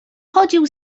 chodził